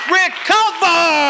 recover